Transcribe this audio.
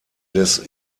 des